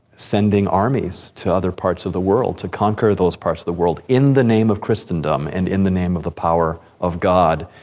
sending armies to other parts of the world, to conquer those parts of the world in the name of christendom, and in the name of the power of god.